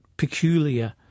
peculiar